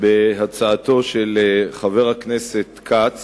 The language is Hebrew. בהצעתו של חבר הכנסת כץ